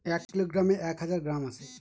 এক কিলোগ্রামে এক হাজার গ্রাম আছে